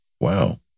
Wow